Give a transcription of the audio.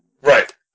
Right